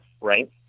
right